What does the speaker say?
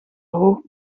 hoog